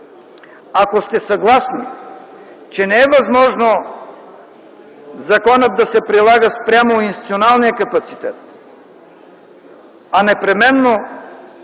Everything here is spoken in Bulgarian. Ако сте съгласни, че не е възможно законът да се прилага спрямо институционалния капацитет, а непременно